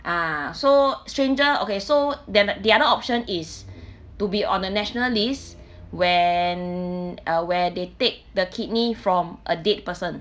ah so stranger okay so the~ the other option is to be on the national list when uh where they take the kidney from a dead person